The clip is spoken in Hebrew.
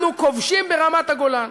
אנחנו כובשים ברמת-הגולן.